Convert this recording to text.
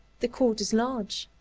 the court is large,